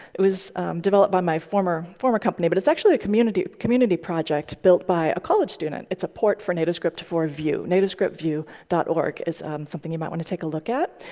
it was developed by my former former company, but it's actually a community community project built by a college student. it's a port for nativescript for vue. nativescriptvue dot org is something you might want to take a look at.